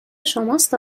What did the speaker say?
شماست